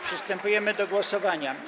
Przystępujemy do głosowania.